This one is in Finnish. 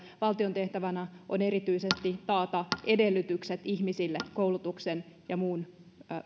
valtion tehtävänä on erityisesti taata edellytykset ihmisille koulutuksen ja